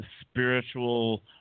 spiritual